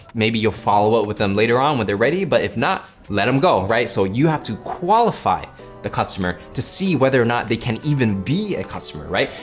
maybe you'll follow up with them later on when they're ready, but if not, let them go right? so you have to qualify the customer to see whether or not they can even be a customer, right?